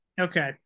Okay